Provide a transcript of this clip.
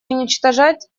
уничтожать